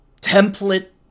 template